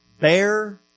bear